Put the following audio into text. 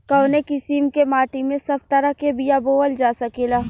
कवने किसीम के माटी में सब तरह के बिया बोवल जा सकेला?